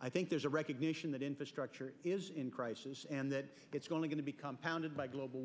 i think there's a recognition that infrastructure is in crisis and that it's going to become pounded by global